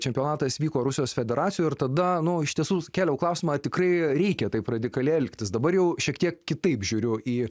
čempionatas vyko rusijos federacijoje ir tada ano iš tiesų kėliau klausimą tikrai reikia taip radikaliai elgtis dabar jau šiek tiek kitaip žiūriu į